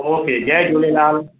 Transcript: okay जय झूलेलाल